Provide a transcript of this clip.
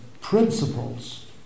principles